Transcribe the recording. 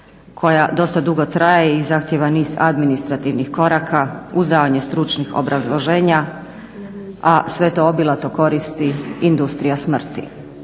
koja dosta dugo traje i zahtjeva niz administrativnih koraka uz davanje stručnih obrazloženja, a sve to obilato koristi industrija smrti.